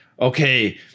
okay